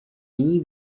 jiní